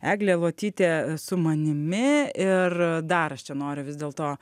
eglė luotytė su manimi ir dar aš čia noriu vis dėlto